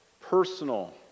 personal